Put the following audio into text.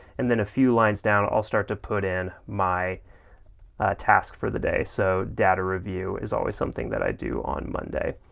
and then a few lines down i'll start to put in my task for the day. so data review is always something that i do on monday.